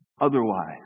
otherwise